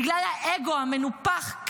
בגלל האגו המנופח,